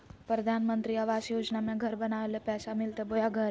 प्रधानमंत्री आवास योजना में घर बनावे ले पैसा मिलते बोया घर?